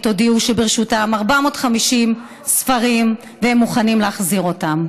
הודיעו שברשותם 450 ספרים והם מוכנים להחזיר אותם.